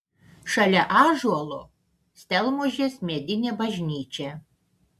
šalia ąžuolo stelmužės medinė bažnyčia